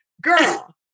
girl